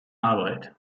arbeit